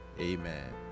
Amen